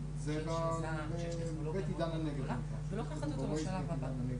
וגם ערבים בצפון,